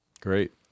Great